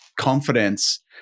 confidence